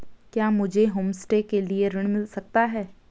क्या मुझे होमस्टे के लिए ऋण मिल सकता है?